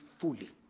fully